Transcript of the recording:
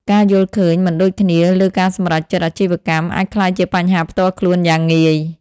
ការយល់ឃើញមិនដូចគ្នាលើការសម្រេចចិត្តអាជីវកម្ម អាចក្លាយជាបញ្ហាផ្ទាល់ខ្លួនយ៉ាងងាយ។